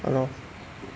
!hannor!